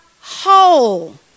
whole